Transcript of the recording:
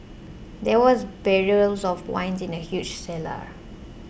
there was barrels of wine in the huge cellar